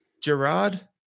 Gerard